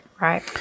Right